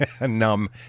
numb